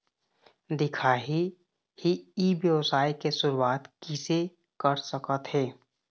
दिखाही ई व्यवसाय के शुरुआत किसे कर सकत हे?